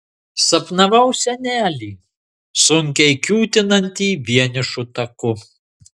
sapnavau senelį sunkiai kiūtinantį vienišu taku